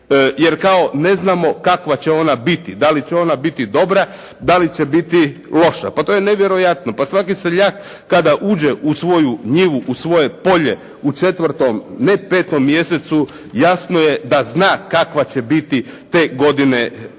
jer kao ne znamo kakva će ona biti. Da li će ona biti dobra, da li će biti loša? Pa to je nevjerojatno. Pa svaki seljak kada uđe u svoju njivu, u svoje polje u 4., ne 5. mjesecu, jasno je da zna kakva će biti te godine godina.